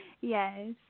Yes